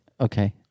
Okay